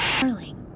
darling